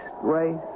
race